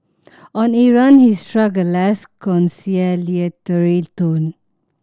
on Iran he struck a less conciliatory tone